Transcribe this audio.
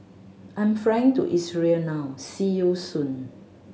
I'm flying to Israel now see you soon